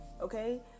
okay